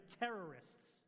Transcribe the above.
terrorists